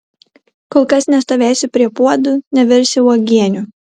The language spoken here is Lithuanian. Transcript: kol kas nestovėsiu prie puodų nevirsiu uogienių